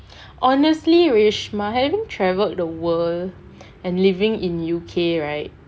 honestly wish my having travelled the world and living in U_K right